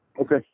Okay